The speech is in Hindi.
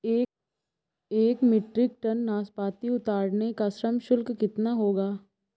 एक मीट्रिक टन नाशपाती उतारने का श्रम शुल्क कितना होगा?